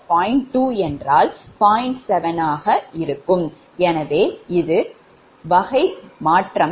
7 எனவே இது வகை 2 மாற்றம்